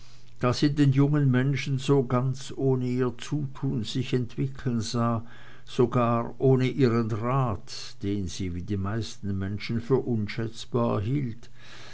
sie den jungen menschen so ganz ohne ihr zutun sich entwickeln sah sogar ohne ihren rat den sie wie die meisten menschen für unschätzbar hielt